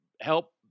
help